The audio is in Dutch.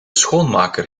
schoonmaker